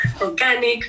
organic